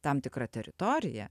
tam tikra teritorija